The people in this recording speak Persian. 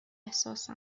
احساس